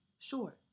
Sure